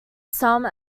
some